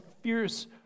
fierce